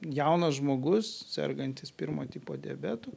jaunas žmogus sergantis pirmo tipo diabetu